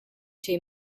too